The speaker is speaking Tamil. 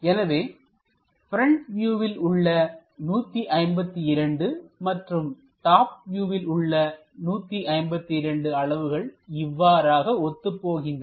எனவே ப்ரெண்ட் வியூவில் உள்ள 152 மற்றும் டாப் வியூவில் உள்ள 152 அளவுகள் இவ்வாறாக ஒத்துப்போகின்றன